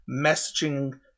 messaging